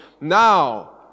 Now